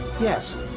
Yes